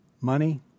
money